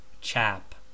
chap